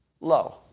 Low